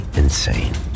insane